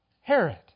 Herod